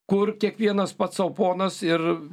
kur kiekvienas pats sau ponas ir